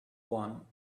one